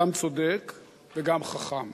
גם צודק וגם חכם.